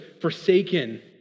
forsaken